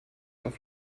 auf